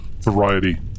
variety